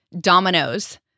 dominoes